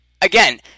again